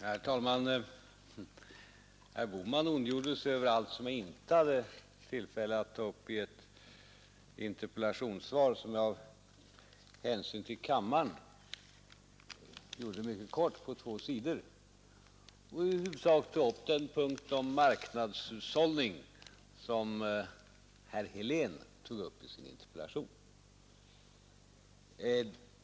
Herr talman! Herr Bohman ondgjorde sig över allt som jag inte hade tillfälle att ta upp i ett interpellationssvar som jag av hänsyn till kammaren gjorde mycket kort — på två sidor — och där jag i huvudsak berörde den punkt om marknadshushållning som herr Helén tagit upp i sin interpellation.